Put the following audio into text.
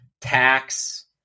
tax